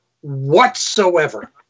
whatsoever